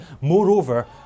Moreover